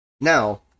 Now